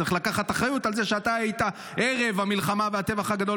צריך גם לקחת אחריות על זה שערב המלחמה והטבח הגדול